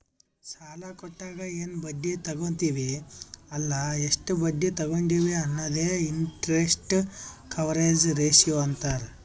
ಸಾಲಾ ಕೊಟ್ಟಾಗ ಎನ್ ಬಡ್ಡಿ ತಗೋತ್ತಿವ್ ಅಲ್ಲ ಎಷ್ಟ ಬಡ್ಡಿ ತಗೊಂಡಿವಿ ಅನ್ನದೆ ಇಂಟರೆಸ್ಟ್ ಕವರೇಜ್ ರೇಶಿಯೋ ಅಂತಾರ್